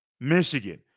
michigan